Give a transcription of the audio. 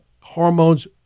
hormones